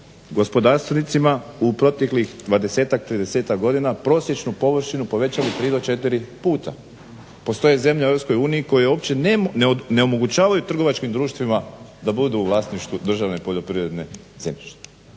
gospodarstvenicima u proteklih dvadesetak, tridesetak godina prosječnu površinu povećali 3 do 4 puta. Postoje zemlje u EU koje uopće ne omogućavaju trgovačkim društvima da budu u vlasništvu državne poljoprivredne zemljište.